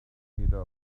diameter